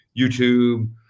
YouTube